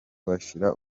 bashira